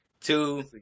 two